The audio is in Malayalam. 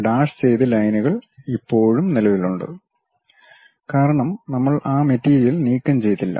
ഡാഷ് ചെയ്ത ലൈനുകൾ ഇപ്പോഴും നിലവിലുണ്ട് കാരണം നമ്മൾ ആ മെറ്റീരിയൽ നീക്കം ചെയ്തില്ല